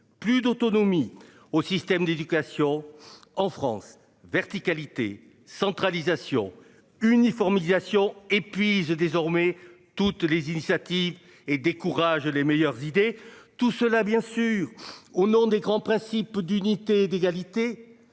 plus d'autonomie au système d'éducation. En France verticalité centralisation uniformisation épuise désormais toutes les initiatives et décourage les meilleures idées, tout cela bien sûr au nom des grands principes d'unité d'égalité.